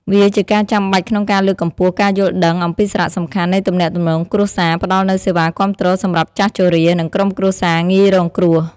វាជាការចាំបាច់ក្នុងការលើកកម្ពស់ការយល់ដឹងអំពីសារៈសំខាន់នៃទំនាក់ទំនងគ្រួសារ ផ្ដល់នូវសេវាគាំទ្រសម្រាប់ចាស់ជរា និងក្រុមគ្រួសារងាយរងគ្រោះ។